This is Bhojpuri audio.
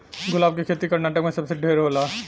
गुलाब के खेती कर्नाटक में सबसे ढेर होला